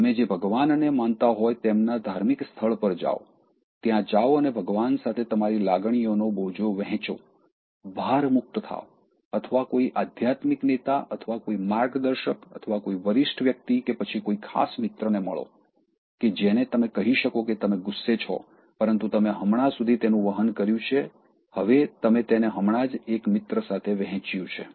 તમે જે ભગવાનને માનતા હોય તેમના ધાર્મિક સ્થળ પર જાઓ ત્યાં જાઓ અને ભગવાન સાથે તમારી લાગણીઓનો બોજો વહેંચો ભારમુક્ત થાવ અથવા કોઈ આધ્યાત્મિક નેતા અથવા કોઈ માર્ગદર્શક અથવા કોઈ વરિષ્ઠ વ્યક્તિ કે પછી કોઈ ખાસ મિત્રને મળો કે જેને તમે કહી શકો કે તમે ગુસ્સે છો પરંતુ તમે હમણાં સુધી તેને વહન કર્યું છે હવે તમે તેને હમણાં જ એક મિત્ર સાથે વ્હેંચ્યું છે